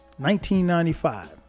1995